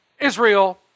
Israel